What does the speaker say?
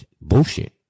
bullshit